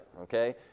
okay